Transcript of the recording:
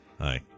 Hi